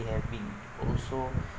it have been also